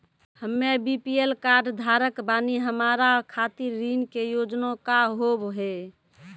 हम्मे BPL card धारक बानि हमारा खातिर ऋण के योजना का होव हेय?